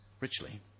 richly